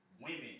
women